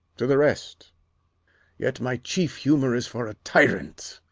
to the rest yet my chief humour is for a tyrant.